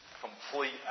complete